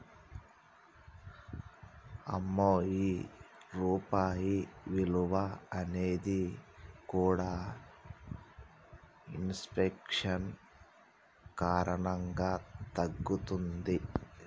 అమ్మో ఈ రూపాయి విలువ అనేది కూడా ఇన్ఫెక్షన్ కారణంగా తగ్గిపోతుంది